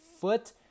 foot